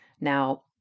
Now